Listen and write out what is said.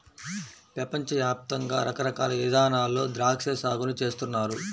పెపంచ యాప్తంగా రకరకాల ఇదానాల్లో ద్రాక్షా సాగుని చేస్తున్నారు